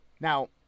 Now